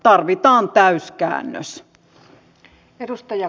tarvitaan täyskäännös